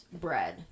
Bread